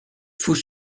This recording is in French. faux